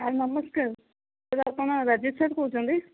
sir ନମସ୍କାର sir ଆପଣ Rajesh sir କହୁଛନ୍ତି